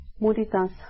Mudita's